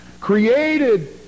created